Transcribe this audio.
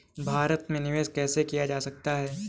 भारत में निवेश कैसे किया जा सकता है?